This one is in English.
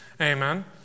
Amen